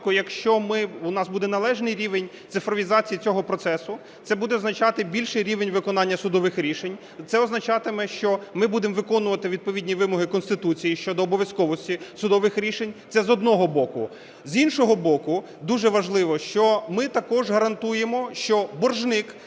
якщо у нас буде належний рівень цифровізації цього процесу, це буде означати більший рівень виконання судових рішень. Це означатиме, що ми будемо виконувати відповідні вимоги Конституції щодо обов'язковості судових рішень. Це з одного боку. З іншого боку, дуже важливо, що ми також гарантуємо, що боржник,